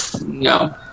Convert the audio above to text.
No